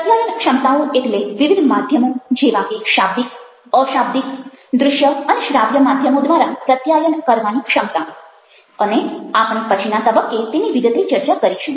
પ્રત્યાયન ક્ષમતાઓ એટલે વિવિધ માધ્યમો જેવા કે શાબ્દિક અશાબ્દિક દ્રશ્ય અને શ્રાવ્ય માધ્યમો દ્વારા પ્રત્યાયન કરવાની ક્ષમતા અને આપણે પછીના તબક્કે તેની વિગતે ચર્ચા કરીશું